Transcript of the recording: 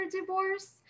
divorce